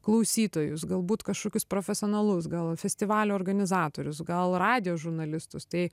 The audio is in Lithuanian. klausytojus galbūt kažkokius profesionalus gal festivalio organizatorius gal radijo žurnalistus tai